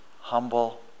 humble